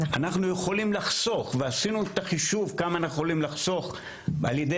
אנחנו יכולים לחסוך ועשינו את החישוב כמה אנחנו יכולים לחסוך על ידי